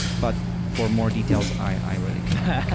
but for more details, i really cannot